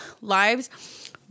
lives